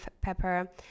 pepper